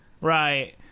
Right